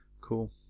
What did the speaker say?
Cool